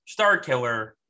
Starkiller